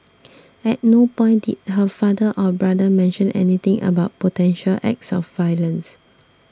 at no point did her father or brother mention anything about potential acts of violence